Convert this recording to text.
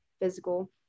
physical